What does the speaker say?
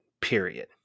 Period